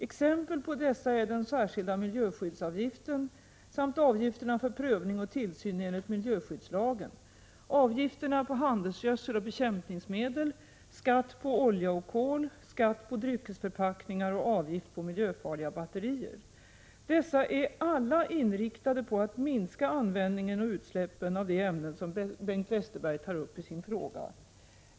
Exempel på dessa är den särskilda miljöskyddsavgiften samt avgifterna för prövning och tillsyn enligt miljö 73 skyddslagen, avgifterna på handelsgödsel och bekämpningsmedel, skatt på olja och kol, skatt på dryckesförpackningar och avgift på miljöfarliga batterier. Dessa är alla inriktade på att minska användningen och utsläppen av de ämnen som Bengt Westerberg tar upp i sin fråga.